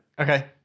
Okay